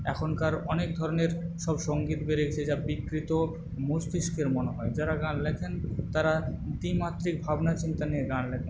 এখনকার অনেক ধরনের সব সংগীত বেড়িয়েছে যা বিকৃত মস্তিষ্কের মনে হয় যারা গান লেখেন তারা দ্বিমাত্রিক ভাবনাচিন্তা নিয়ে গান লেখেন